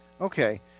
Okay